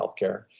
healthcare